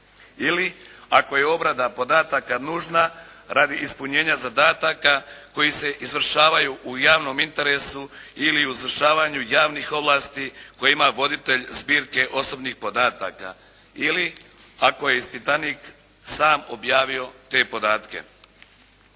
ili ako je obrada podataka nužna radi ispunjenja zadataka koji se izvršavaju u javnom interesu ili u izvršavanju javnih ovlasti koje ima voditelj zbirke osobnih podataka ili ako je ispitanik sam objavio te podatke."